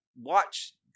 watch